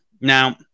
Now